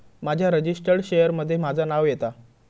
माझ्या registered share मध्ये माझा नाव येता